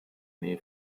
nähe